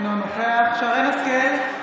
אינו נוכח שרן מרים השכל,